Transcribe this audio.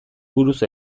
buruz